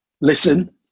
Listen